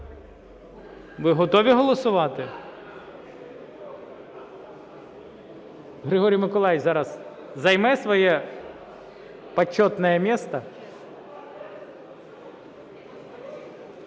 Ви готові голосувати? Григорій Миколайович зараз займе своє почетное место.